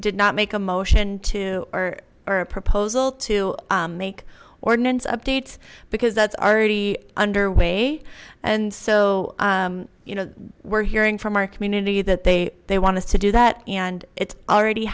did not make a motion to or a proposal to make ordinance updates because that's already under way and so you know we're hearing from our community that they they want to do that and it's already